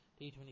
T20